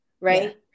right